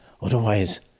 Otherwise